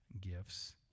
gifts